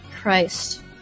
Christ